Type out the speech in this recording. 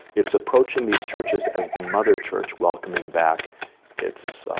it's approaching these churches as the mother church welcome and back its,